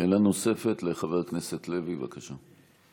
שאלה נוספת לחבר הכנסת לוי, בבקשה.